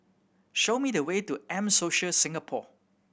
show me the way to M Social Singapore